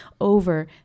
over